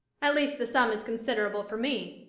at least the sum is considerable for me.